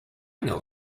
know